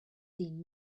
seen